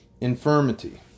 infirmity